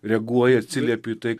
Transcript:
reaguoji atsiliepi į tai